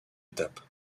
étape